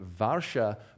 varsha